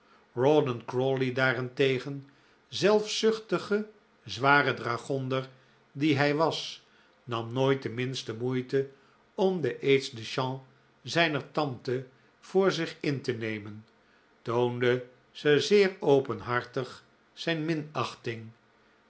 rawdon crawley daarentegen zelfzuchtige zware dragonder die hij was nam nooit de minste moeite om de aides de camp zijner tante voor zich in te nemen toonde ze zeer openhartig zijn